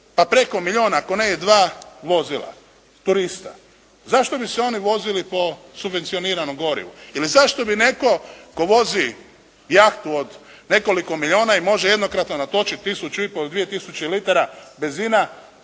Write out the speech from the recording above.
pa preko milijun ako ne i dva vozila turista. Zašto bi se oni vozili po subvencioniranom gorivu? Ili zašto bi netko tko vozi jahtu od nekoliko milijuna i može jednokratno natočiti tisuću i po i dvije tisuće litara benzina